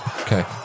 Okay